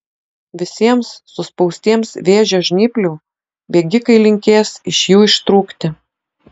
visiems suspaustiems vėžio žnyplių bėgikai linkės iš jų ištrūkti